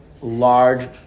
large